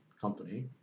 company